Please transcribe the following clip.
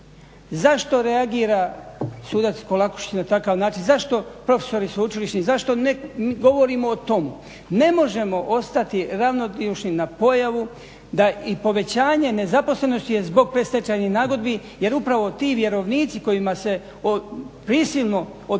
Zašto reagira sudac Kolakušić na takav način, zašto profesori sveučilišni, zašto ne govorimo o tome? Ne možemo ostati ravnodušni na pojavu da povećanje nezaposlenosti je zbog predstečajnih nagodbi jer upravo ti vjerovnici kojima se prisilno otpisuju